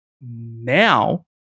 now